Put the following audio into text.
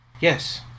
Yes